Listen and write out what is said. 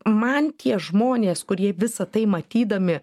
man tie žmonės kurie visa tai matydami